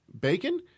bacon